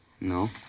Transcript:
no